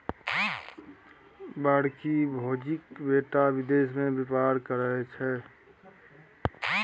बड़की भौजीक बेटा विदेश मे बेपार करय छै